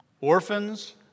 Orphans